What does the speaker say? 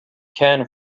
can